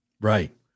Right